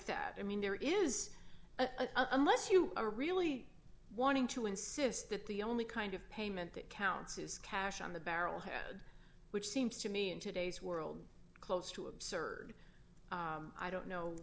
that i mean there is a unless you are really wanting to insist that the only kind of payment that counts is cash on the barrelhead which seems to me in today's world close to absurd i don't know